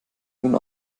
nun